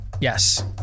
Yes